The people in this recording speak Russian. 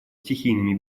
стихийными